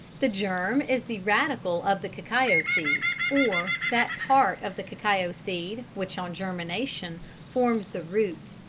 the germ is the radicle of the cacao seed, or that part of the cacao seed which on germination forms the root.